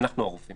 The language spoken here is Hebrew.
אנחנו הרופאים